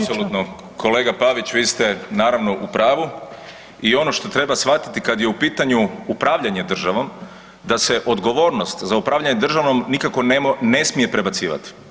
Apsolutno, kolega Pavić, vi ste naravno u pravu i ono što treba shvatiti kad je u pitanju upravljanje državom, da se odgovornost za upravljanje državom nikako ne smije prebacivati.